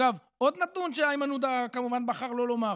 אגב, עוד נתון שאיימן עודה בחר, כמובן, שלא לומר: